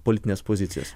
politinės pozicijos